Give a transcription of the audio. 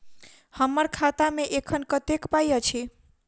हम्मर खाता मे एखन कतेक पाई अछि?